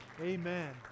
Amen